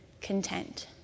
content